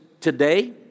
today